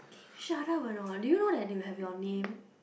shut up or not do you know that they will have your name